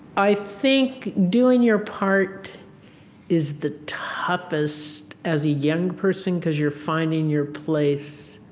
i think doing your part is the toughest as a young person because you're finding your place